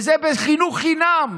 וזה בחינוך חינם.